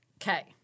Okay